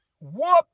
whoop